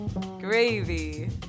Gravy